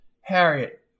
Harriet